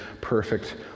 perfect